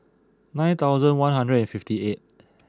nine thousand one hundred and fifty eighth